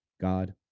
God